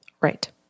Right